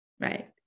right